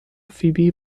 فیبی